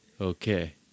Okay